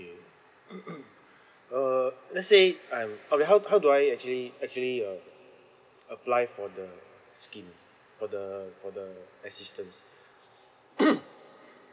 uh let's say I'm okay how how do I actually actually uh apply for the scheme for the for the assistance